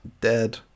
dead